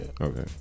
Okay